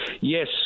Yes